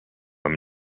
him